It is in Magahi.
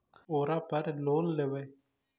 ओरापर लोन लेवै?